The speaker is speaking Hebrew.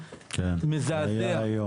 מזעזע.